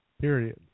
Period